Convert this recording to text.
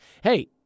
Hey